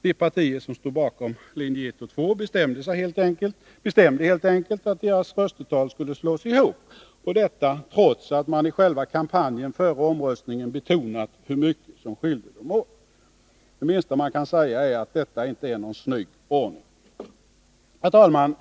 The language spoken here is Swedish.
De partier som stod bakom linje 1 och 2 bestämde helt enkelt att deras röstetal skulle slås ihop, detta trots att man i själva kampanjen före omröstningen betonat hur mycket som skilde dem åt. Det minsta man kan säga är att detta inte är någon snygg ordning. Herr talman!